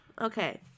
Okay